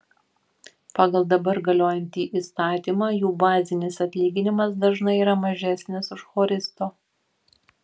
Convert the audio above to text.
pagal dabar galiojantį įstatymą jų bazinis atlyginimas dažnai yra mažesnis už choristo